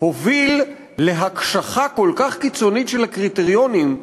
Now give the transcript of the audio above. הוביל להקשחה כל כך קיצונית של הקריטריונים,